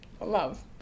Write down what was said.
love